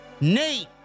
Nate